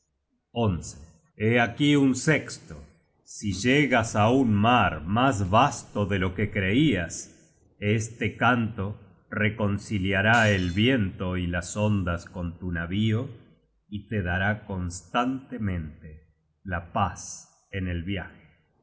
los guerreros del norte por lo tanto era preciso disfrazarlas vasto de lo que creias este canto reconciliará el viento y las ondas con tu navío y te dará constantemente la paz en el viaje